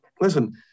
Listen